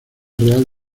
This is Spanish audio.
real